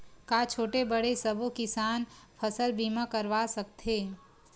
का छोटे बड़े सबो किसान फसल बीमा करवा सकथे?